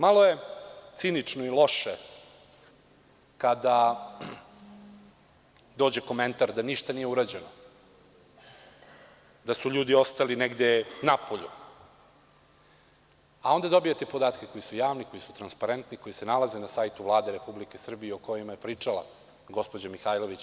Malo je cinično i loše kada dođe komentar da ništa nije urađeno, da su ljudi ostali negde napolju, a onda dobijete podatke koji su javni, koji su transparentni, koji se nalaze na sajtu Vlade Republike Srbije i o kojima je pričala gospođa Mihajlović.